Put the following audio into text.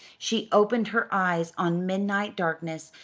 she opened her eyes on midnight darkness,